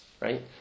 right